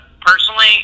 personally